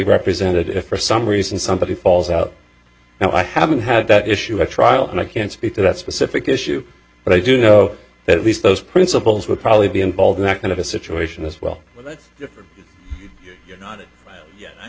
represented if for some reason somebody falls out now i haven't had that issue at trial and i can't speak to that specific issue but i do know that at least those principles would probably be involved in that kind of a situation as well you